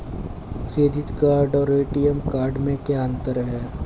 Credit card और ATM card में क्या अंतर है?